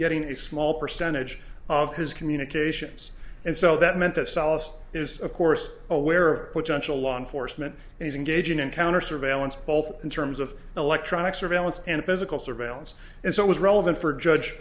getting a small percentage of his communications and so that meant that solace is of course aware of potential law enforcement he's engaging encounter surveillance both in terms of electronic surveillance and physical surveillance and so it was relevant for judge